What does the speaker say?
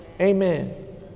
Amen